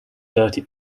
dirty